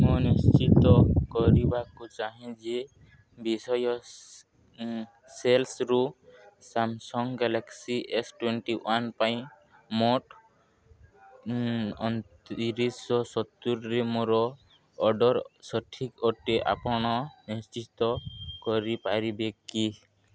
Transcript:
ମୁଁ ନିଶ୍ଚିତ କରିବାକୁ ଚାହେଁ ଯେ ବିଜୟ ସେଲ୍ସରୁ Samsung Galaxy S twenty one ପାଇଁ ମୋଟ ଅଣତିରିଶହ ସତୁରିରେ ମୋର ଅର୍ଡ଼ର୍ ସଠିକ୍ ଅଟେ ଆପଣ ନିଶ୍ଚିତ କରିପାରିବେ କି